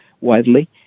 widely